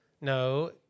No